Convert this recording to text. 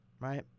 right